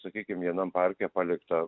sakykim vienam parke palikta